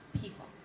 people